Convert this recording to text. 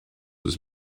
was